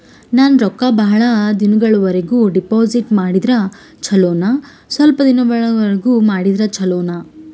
ನಾನು ರೊಕ್ಕ ಬಹಳ ದಿನಗಳವರೆಗೆ ಡಿಪಾಜಿಟ್ ಮಾಡಿದ್ರ ಚೊಲೋನ ಸ್ವಲ್ಪ ದಿನಗಳವರೆಗೆ ಮಾಡಿದ್ರಾ ಚೊಲೋನ?